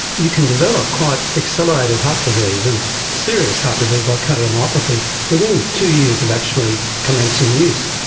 you can develop quite accelerated heart disease, and serious heart disease like cardiomyopathy, within two years of actually commencing use.